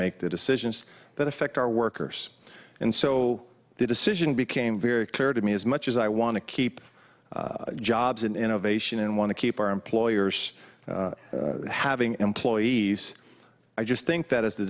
make the decisions that affect our workers and so the decision became very clear to me as much as i want to keep jobs and innovation and want to keep our employers having employees i just think that as the